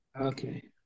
Okay